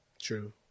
True